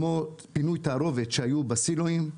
כמו פינוי תערובת שהיו בסילואים,